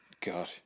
God